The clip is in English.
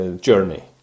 journey